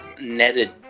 netted